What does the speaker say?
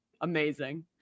Amazing